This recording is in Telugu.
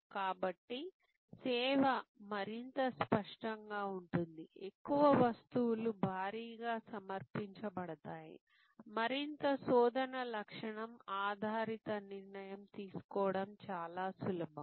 కాబట్టి సేవ మరింత స్పష్టంగా ఉంటుంది ఎక్కువ వస్తువులు భారీగా సమర్పించబడతాయి మరింత శోధన లక్షణం ఆధారిత నిర్ణయం తీసుకోవడం చాలా సులభం